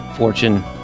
Fortune